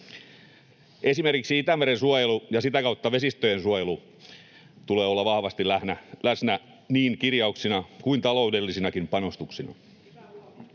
Esimerkiksi Itämeren suojelun ja sitä kautta vesistöjen suojelun tulee olla vahvasti läsnä niin kirjauksina kuin taloudellisinakin panostuksina.